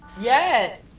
Yes